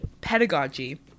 pedagogy